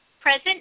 present